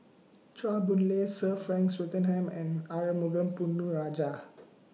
Chua Boon Lay Sir Frank Swettenham and Arumugam Ponnu Rajah